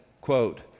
quote